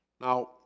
Now